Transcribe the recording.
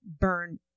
burn